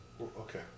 Okay